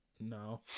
No